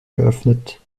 geöffnet